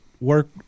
Work